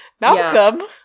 Malcolm